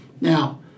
Now